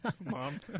Mom